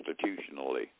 constitutionally